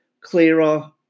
clearer